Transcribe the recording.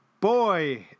boy